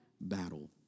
battle